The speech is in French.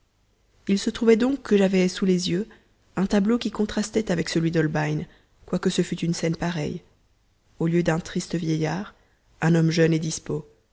il se trouvait donc que j'avais sous les yeux un tableau qui contrastait avec celui d'holbein quoique ce fût une scène pareille au lieu d'un triste vieillard un homme jeune et dispos